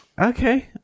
Okay